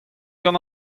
gant